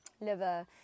liver